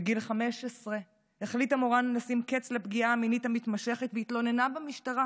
בגיל 15 החליטה מורן לשים קץ לפגיעה המינית המתמשכת והתלוננה במשטרה.